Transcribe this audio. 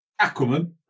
Aquaman